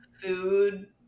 food